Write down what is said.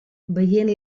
veient